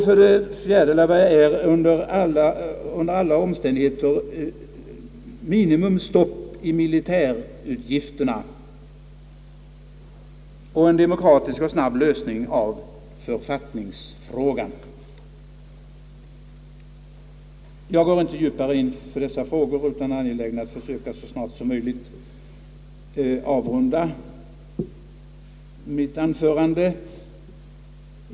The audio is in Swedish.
För det fjärde måste man under alla omständigheter som ett minimum sätta stopp för ökningen av militärutgifterna, och slutligen måste man åstadkomma en demokratisk och snabb lösning av författningsfrågan. Jag går inte närmare in på dessa frågor nu eftersom jag är angelägen om att så snart som möjligt avrunda mitt anförande.